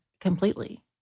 completely